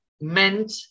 meant